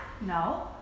No